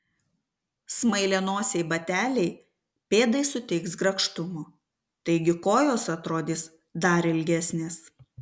smailianosiai bateliai pėdai suteiks grakštumo taigi kojos atrodys dar ilgesnės